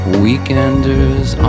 weekenders